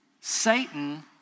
Satan